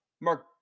Mark